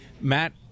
Matt